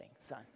son